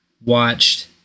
watched